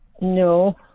No